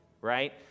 right